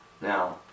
Now